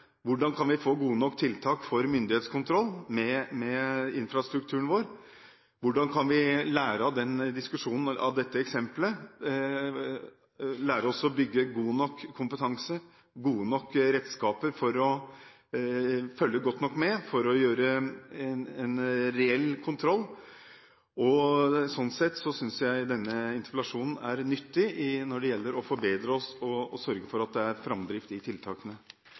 vi kan få gode nok tiltak for myndighetskontroll med infrastrukturen vår, lære av diskusjonen om dette eksempelet og lære oss å bygge god nok kompetanse og få gode nok redskaper slik at vi kan følge godt nok med og gjøre en reell kontroll. Slik sett synes jeg denne interpellasjonen er nyttig når det gjelder å forbedre oss og sørge for at det er framdrift i tiltakene.